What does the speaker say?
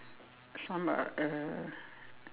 some are uh